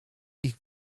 ich